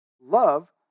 Love